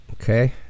Okay